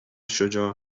شجاع